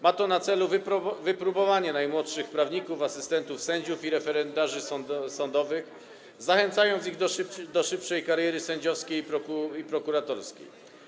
Ma to na celu wypróbowanie najmłodszych prawników, asystentów sędziów i referendarzy sądowych, zachęcenie ich do szybszej kariery sędziowskiej i prokuratorskiej.